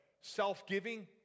self-giving